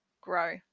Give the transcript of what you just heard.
grow